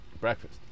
Breakfast